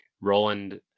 roland